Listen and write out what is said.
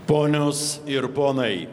ponios ir ponai